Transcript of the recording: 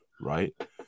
right